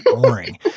boring